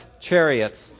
chariots